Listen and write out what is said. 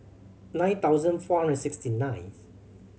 nine thousand four hundred and sixty nineth